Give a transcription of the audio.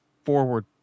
forward